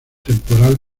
temporal